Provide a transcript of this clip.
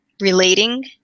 relating